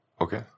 Okay